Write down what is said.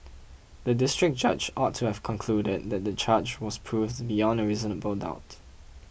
the District Judge ought to have concluded that the charge was proved beyond a reasonable doubt